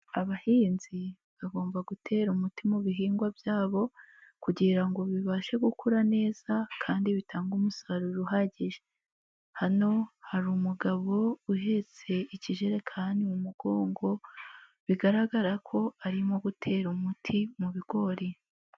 Abahinzi bagomba gutera umuti mu bihingwa byabo kugirango bibashe gukura neza kandi bitanga umusaruro uhagije, hano hari umugabo uhetse ikijerekani mu mugongo, bigaragara ko arimo gutera umuti mu bigori.